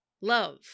Love